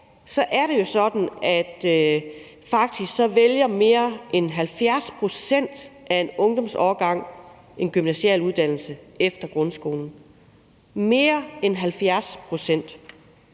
dag er det jo sådan, at faktisk mere end 70 pct. af en ungdomsårgang vælger en gymnasial uddannelse efter grundskolen – mere end 70 pct.!